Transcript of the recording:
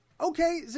okay